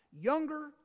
younger